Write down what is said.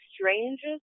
strangest